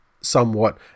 somewhat